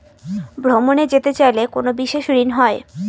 ভ্রমণে যেতে চাইলে কোনো বিশেষ ঋণ হয়?